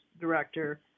Director